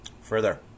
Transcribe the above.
Further